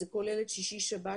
זה כולל את שישי-שבת,